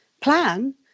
plan